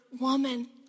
woman